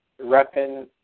repping